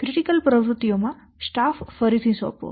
critical પ્રવૃત્તિઓમાં staff ફરીથી સોંપવો